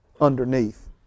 underneath